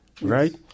right